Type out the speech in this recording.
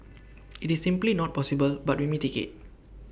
IT is simply not possible but we mitigate